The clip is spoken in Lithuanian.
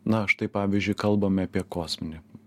na štai pavyzdžiui kalbame apie kosminį